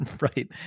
right